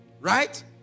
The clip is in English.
right